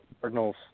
Cardinals